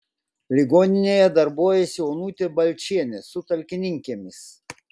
ligoninėje darbuojasi onutė balčienė su talkininkėmis